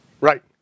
Right